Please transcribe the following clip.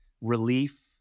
relief